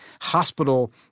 hospital